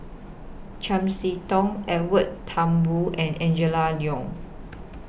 Chiam See Tong Edwin Thumboo and Angela Liong